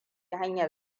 hanyar